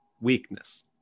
weakness